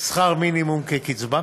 שכר מינימום כקצבה.